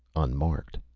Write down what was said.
unmarked.